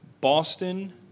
Boston